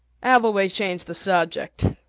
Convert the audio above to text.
abbleway changed the subject.